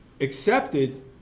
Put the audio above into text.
accepted